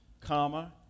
comma